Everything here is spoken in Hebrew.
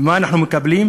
ומה אנחנו מקבלים?